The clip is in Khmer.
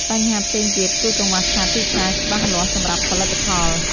បញ្ហាផ្សេងទៀតគឺកង្វះខាតទីផ្សារច្បាស់លាស់សម្រាប់ផលិតផល។